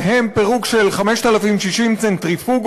ובהם פירוק של 5,060 צנטריפוגות,